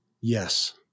Yes